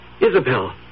Isabel